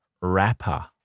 rapper